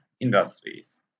industries